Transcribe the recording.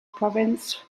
province